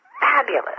fabulous